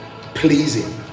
pleasing